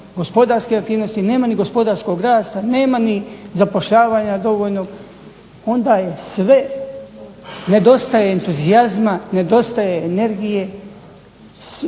gospodarske aktivnosti, nema ni gospodarskog rasta, nema ni zapošljavanja dovoljnog onda je sve, nedostaje entuzijazma, nedostaje energije